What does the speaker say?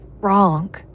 wrong